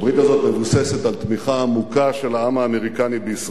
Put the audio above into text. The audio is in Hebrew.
בהתנגדות למהלך החד-צדדי של הפלסטינים באו"ם,